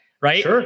right